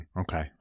Okay